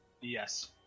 Yes